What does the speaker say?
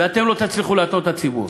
ואתם לא תצליחו להטעות את הציבור.